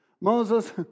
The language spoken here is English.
Moses